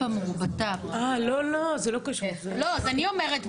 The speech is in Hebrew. אז אני אומרת,